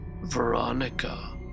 Veronica